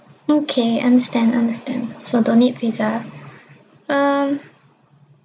okay understand understand so don't need visa um